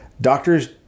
Doctors